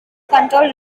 controlled